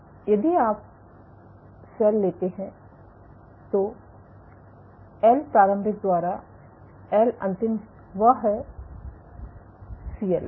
C यदि आप cell लेते हैं तो L प्रारंभिक द्वारा L अंतिम वह है C